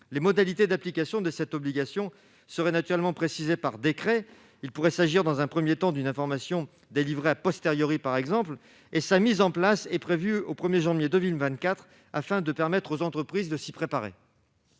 Les modalités d'application de cette obligation seraient naturellement précisées par décret ; il pourrait s'agir, dans un premier temps, d'une information délivrée .La mise en place de cette obligation est prévue au 1 janvier 2024, afin de permettre aux entreprises de s'y préparer.